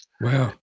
Wow